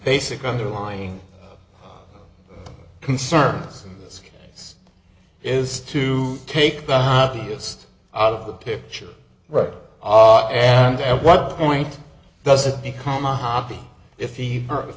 basic underlying concerns is to take the hobbyist out of the picture right and at what point does it become a hobby if he